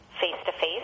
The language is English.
face-to-face